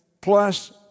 plus